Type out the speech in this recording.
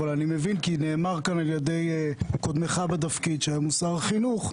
אבל אני מבין כי נאמר כאן על ידי קודמך בתפקיד שהיום הוא שר החינוך,